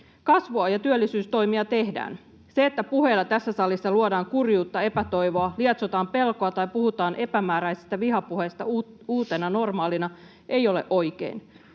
Kasvu- ja työllisyystoimia tehdään. Se, että puheella tässä salissa luodaan kurjuutta, epätoivoa, lietsotaan pelkoa tai puhutaan epämääräisistä vihapuheista uutena normaalina, ei ole oikein.